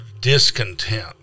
discontent